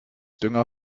dünger